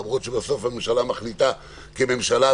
למרות שבסוף הממשלה מחליטה כממשלה,